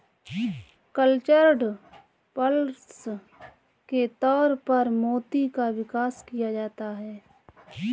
cultured pearls के तौर पर मोती का विकास किया जाता है